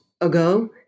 ago